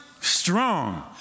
strong